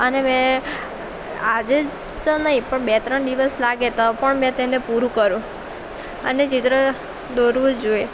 અને મેં આજે જ તો નહીં પણ બે ત્રણ દિવસ લાગે તો પણ મેં તેને પૂરું કરું અને ચિત્ર દોરવું જોઈએ